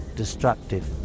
destructive